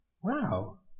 Wow